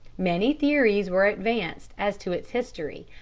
many theories were advanced as to its history,